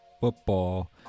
football